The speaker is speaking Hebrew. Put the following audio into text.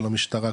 או למשטרה,